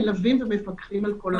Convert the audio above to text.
מלווים ומפקחים על כל המהלך הזה.